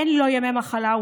אין לו ימי מחלה,